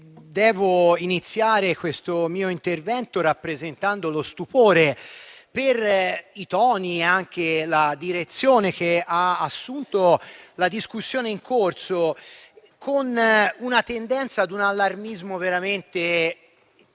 devo iniziare questo mio intervento rappresentando lo stupore per i toni ed anche la direzione che ha assunto la discussione in corso, con una tendenza ad un allarmismo veramente fuori